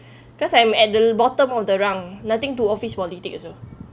cause I'm at the bottom of the rung nothing to office politics also